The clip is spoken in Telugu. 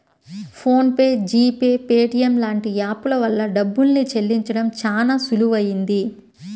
phone pay, G pay, Paytm లాంటి యాప్ ల వల్ల డబ్బుల్ని చెల్లించడం చానా సులువయ్యింది